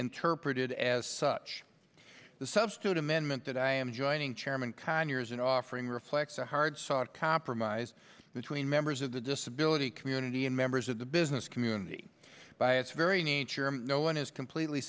interpreted as such the substitute amendment that i am joining chairman conyers and offering reflects a hard fought compromise between members of the disability community and members of the business community by its very nature no one is completely